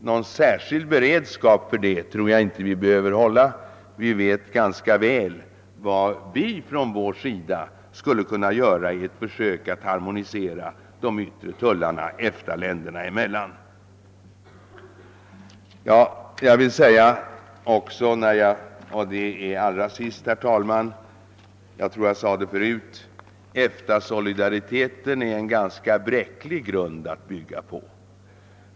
Någon särskild beredskap tror jag inte vi behöver upprätthålla, ty vi vet ganska väl vad vi från vår sida skulle kunna göra för att harmonisera de yttre tullarna emellan EFTA-länderna. Herr talman! Allra sist vill jag framhålla, att som jag förut nämnde EFTA solidariteten är en ganska bräcklig grund att bygga på.